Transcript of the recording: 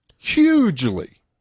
Hugely